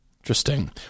Interesting